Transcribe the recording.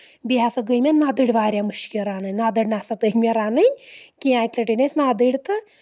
بیٚیہِ ہسا گٔے مےٚ نَدٕرۍ واریاہ مُشکِل رَنٕنۍ نَدٕر نسا تٔگۍ مےٚ رَنٕنۍ کینٛہہ اَکہِ لَٹہِ أنۍ أسۍ ندٕرۍ تہٕ